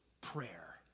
prayer